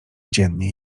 dziennie